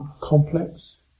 complex